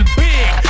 big